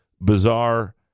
bizarre